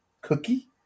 Cookie